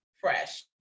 fresh